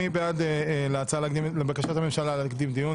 מי בעד בקשת הממשלה להקדים דיון?